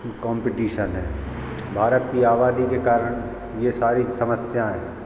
competition है भारत की आबादी के कारण ये सारी समस्याएं हैं